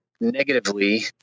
negatively